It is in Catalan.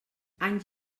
anys